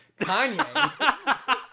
kanye